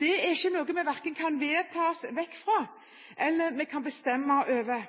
Det er ikke noe vi kan verken vedta oss vekk fra eller bestemme over.